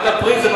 עד אפריל זה